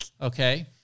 okay